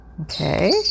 okay